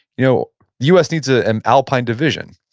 you know the u s. needs ah an alpine division.